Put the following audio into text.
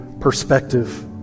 perspective